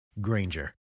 Granger